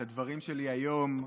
את הדברים שלי היום,